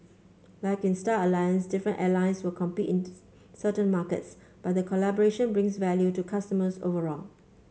like in Star Alliance different airlines will compete in this certain markets but the collaboration brings value to customers overall